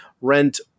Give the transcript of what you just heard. rent